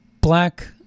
black